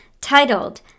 titled